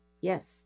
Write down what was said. yes